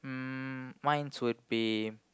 um mine would be